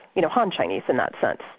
you know, han chinese, in that but